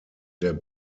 der